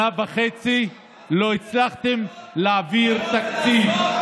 שנה וחצי לא הצלחתם להעביר תקציב.